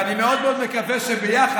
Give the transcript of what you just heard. ואני מאוד מאוד מקווה שביחד,